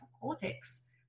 cortex